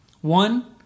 One